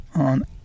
On